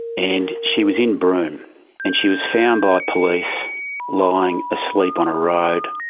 and she was in broome and she was found by police lying asleep on a road,